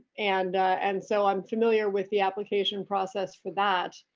and and so i'm familiar with the application process for that,